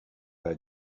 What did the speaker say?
era